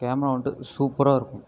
camera வந்துட்டு சூப்பராக இருக்கும்